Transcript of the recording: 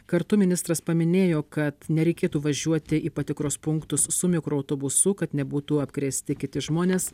kartu ministras paminėjo kad nereikėtų važiuoti į patikros punktus su mikroautobusu kad nebūtų apkrėsti kiti žmonės